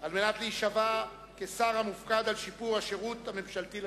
על מנת להישבע כשר המופקד על שיפור השירות הממשלתי לציבור.